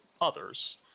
others